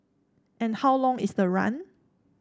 and how long is the run